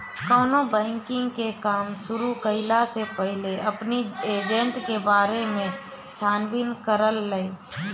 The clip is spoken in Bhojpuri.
केवनो बैंकिंग के काम शुरू कईला से पहिले अपनी एजेंट के बारे में छानबीन कर लअ